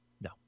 No